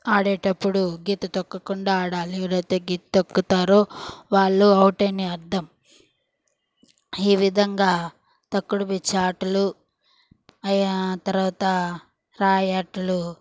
ఆడేటప్పుడు గీత తొక్కకుండా ఆడాలి ఎవరైతే గీత తొక్కుతారో వాళ్ళు అవుట్ అని అర్థం ఈ విధంగా తొక్కుడు పిచ్చ ఆటలు అయ్యా తర్వాత రాయి ఆటలు